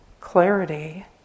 clarity